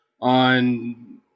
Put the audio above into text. on